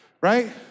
Right